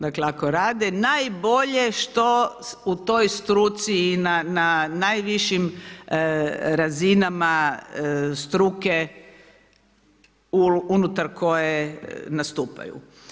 Dakle ako rade najbolje što u toj struci i na najvišim razinama struke unutar koje nastupaju.